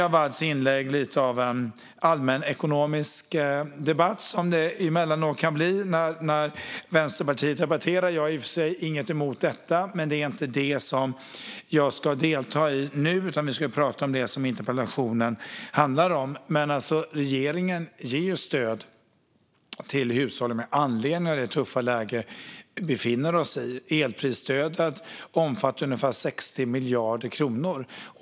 Awads inlägg blev lite av en allmän ekonomisk debatt, som det emellanåt kan bli när Vänsterpartiet debatterar. Jag har i och för sig ingenting emot detta. Men det är inte det som jag ska delta i nu. Vi ska tala om det som interpellationen handlar om. Regeringen ger stöd till hushållen med anledning av det tuffa läge vi befinner oss i. Elprisstödet omfattar ungefär 60 miljarder kronor.